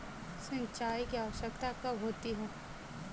सिंचाई की आवश्यकता कब होती है?